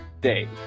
day